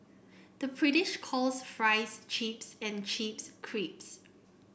the British calls fries chips and chips crisps